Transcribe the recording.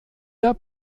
der